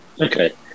Okay